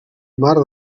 mar